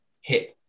hip